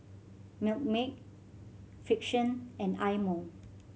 Milkmaid Frixion and Eye Mo